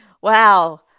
Wow